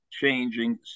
changing